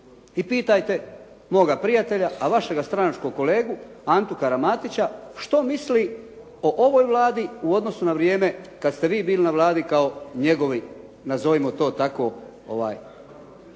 I pitajte moga prijatelja a vašega stranačkog kolegu Antu Karamatića što misli o ovoj Vladi u odnosu na vrijeme kad ste vi bili na Vladi kao njegovi nazovimo to tako.